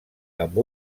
amb